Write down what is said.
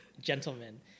gentlemen